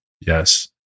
Yes